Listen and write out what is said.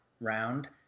round